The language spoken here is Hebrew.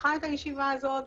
שפתחה את הישיבה הזאת,